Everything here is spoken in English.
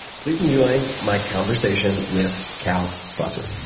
please enjoy my conversation with cal fussman.